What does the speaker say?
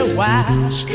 wash